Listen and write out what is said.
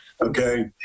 okay